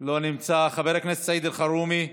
נמצא, חבר הכנסת סעיד אלחרומי,